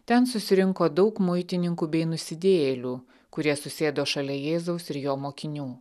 ten susirinko daug muitininkų bei nusidėjėlių kurie susėdo šalia jėzaus ir jo mokinių